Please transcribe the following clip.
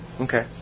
Okay